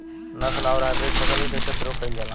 नस्ल आउर हाइब्रिड फसल के कइसे प्रयोग कइल जाला?